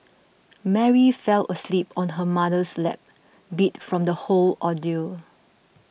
Mary fell asleep on her mother's lap beat from the whole ordeal